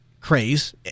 craze